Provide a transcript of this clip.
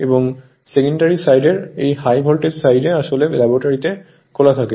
এবং সেকেন্ডারি সাইডের এই হাই ভোল্টেজ সাইড আসলে ল্যাবরেটরিতে খোলা থাকে